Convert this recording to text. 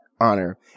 honor